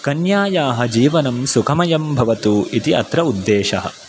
कन्यायाः जीवनं सुखमयं भवतु इति अत्र उद्देशः